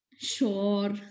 sure